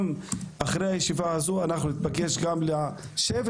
אחרי הישיבה הזו אנחנו נתבקש גם לשבת